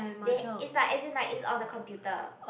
they it's like as in like it's on a computer